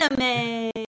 anime